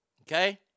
Okay